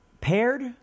paired